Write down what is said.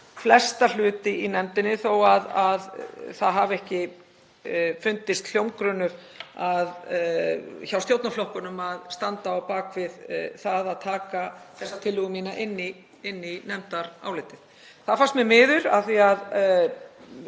flesta hluti í nefndinni þó að það hafi ekki fundist hljómgrunnur hjá stjórnarflokkunum til að standa á bak við það að taka þessa tillögu mína inn í nefndarálitið. Það fannst mér miður af því að